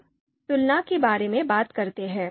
अब तुलना के बारे में बात करते हैं